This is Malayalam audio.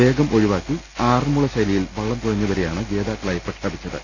വേഗം ഒഴി വാക്കി ആറൻമുള ശൈലിയിൽ വള്ളം തുഴഞ്ഞവരെയാണ് ജേതാക്ക ളായി പ്രഖ്യാപിച്ചത്